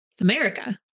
America